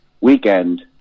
weekend